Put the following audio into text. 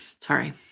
Sorry